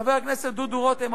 חבר הכנסת דודו רותם,